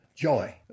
Joy